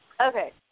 Okay